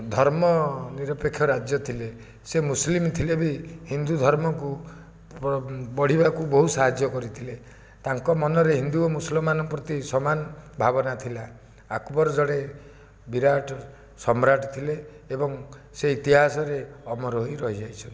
ଧର୍ମନିରପେକ୍ଷ ରାଜ୍ୟ ଥିଲେ ସେ ମୁସଲିମ୍ ଥିଲେ ବି ହିନ୍ଦୁଧର୍ମକୁ ବଢ଼ିବାକୁ ବହୁତ ସାହାଯ୍ୟ କରିଥିଲେ ତାଙ୍କ ମନରେ ହିନ୍ଦୁ ଓ ମୁସଲମାନ ପ୍ରତି ସମାନ ଭାବନା ଥିଲା ଆକବର ଜଣେ ବିରାଟ ସମ୍ରାଟ ଥିଲେ ଏବଂ ସେ ଇତିହାସରେ ଅମର ହୋଇ ରହିଯାଇଛନ୍ତି